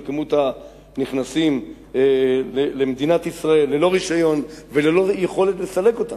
מספר הנכנסים למדינת ישראל ללא רשיון וללא יכולת לסלק אותם,